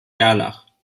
gerlach